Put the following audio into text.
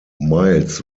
miles